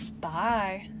Bye